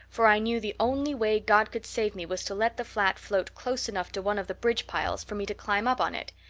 for i knew the only way god could save me was to let the flat float close enough to one of the bridge piles for me to climb up on it.